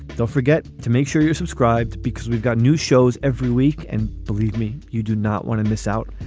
don't forget to make sure you're subscribed because we've got new shows every week. and believe me, you do not want to miss out.